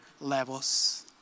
levels